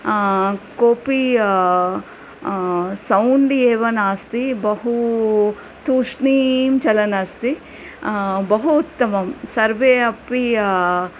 कोपि सौण्ड् एव नास्ति बहु तूष्णीं चलन् अस्ति बहु उत्तमं सर्वे अपि